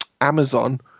amazon